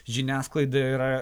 žiniasklaida yra